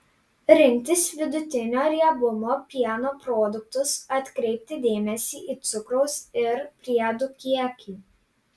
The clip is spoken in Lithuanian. rinktis vidutinio riebumo pieno produktus atkreipti dėmesį į cukraus ir priedų kiekį